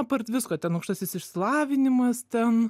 apart visko ten aukštasis išsilavinimas ten